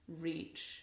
reach